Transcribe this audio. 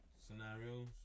Scenarios